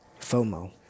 FOMO